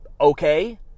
okay